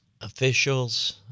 officials